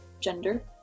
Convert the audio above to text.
gender